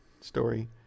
story